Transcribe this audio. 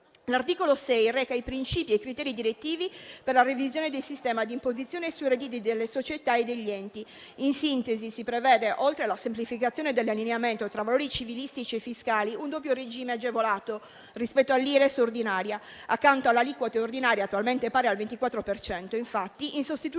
L'articolo 6 reca i princìpi e i criteri direttivi per la revisione del sistema di imposizione sui redditi delle società e degli enti. In sintesi si prevede, oltre alla semplificazione dell'allineamento tra valori civilistici e fiscali, un doppio regime agevolato rispetto all'Ires ordinaria: accanto all'aliquota ordinaria (attualmente pari al 24 per cento), infatti, in sostituzione